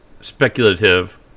speculative